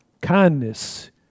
kindness